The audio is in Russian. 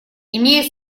имеет